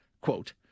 quote